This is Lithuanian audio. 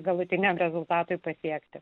galutiniam rezultatui pasiekti